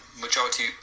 majority